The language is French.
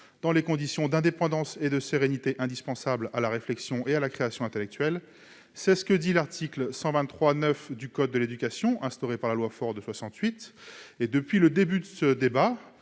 dans les conditions d'indépendance et de sérénité indispensables à la réflexion et à la création intellectuelle, comme l'indique l'article L. 123-9 du code de l'éducation, instauré par la loi Faure de 1968. Depuis que le présent